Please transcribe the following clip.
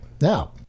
now